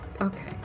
okay